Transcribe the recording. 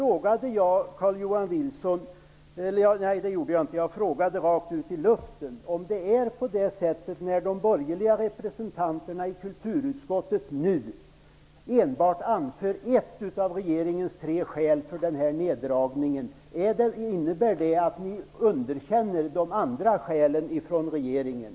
Jag frågade tidigare rakt ut i luften: När de borgerliga representanterna i kulturutskottet nu anför enbart ett av regeringens tre skäl för denna neddragning, innebär det att ni underkänner regeringens två andra skäl?